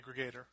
aggregator